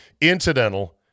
incidental